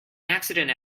accident